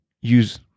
use